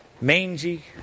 mangy